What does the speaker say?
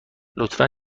لطفا